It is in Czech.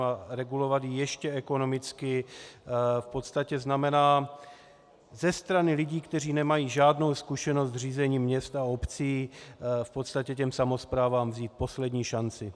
A regulovat ji ještě ekonomicky v podstatě znamená ze strany lidí, kteří nemají žádnou zkušenost s řízením měst a obcí, v podstatě těm samosprávám vzít poslední šanci.